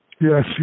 Yes